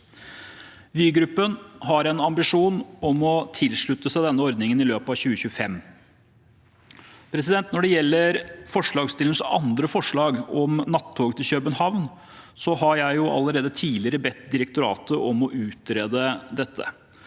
Vygruppen har en ambisjon om å tilslutte seg denne ordningen i løpet av 2025. Når det gjelder forslagsstillernes andre forslag om nattog til København, har jeg allerede tidligere bedt direktoratet om å utrede dette.